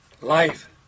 life